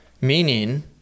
meaning